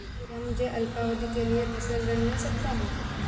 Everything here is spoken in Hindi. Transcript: क्या मुझे अल्पावधि के लिए फसल ऋण मिल सकता है?